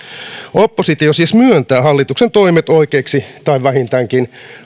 oppositio siis myöntää hallituksen toimet oikeiksi tai vähintäänkin